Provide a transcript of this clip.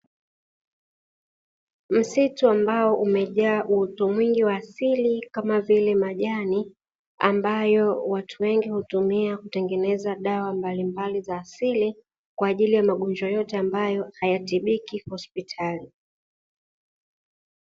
Msitu ambao umejaa uoto mwingi wa asili kama vile majani, ambayo watu wengi hutumia kutengeneza dawa mbalimbali za asili kwa ajili ya magonjwa yote ambayo hayatibiki hospitali.